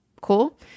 Cool